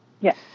Yes